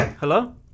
Hello